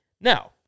Now